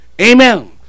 Amen